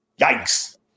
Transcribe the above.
Yikes